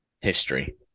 history